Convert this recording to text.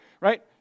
Right